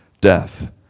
death